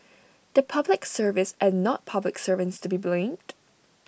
the Public Service and not public servants to be blamed